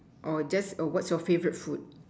or just oh what's your favourite food